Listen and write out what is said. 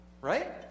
Right